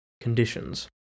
conditions